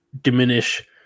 diminish